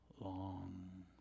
long